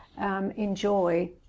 enjoy